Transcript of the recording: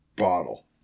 Bottle